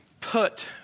put